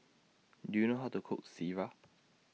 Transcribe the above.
Do YOU know How to Cook Sireh